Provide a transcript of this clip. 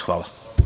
Hvala.